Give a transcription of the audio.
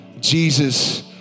Jesus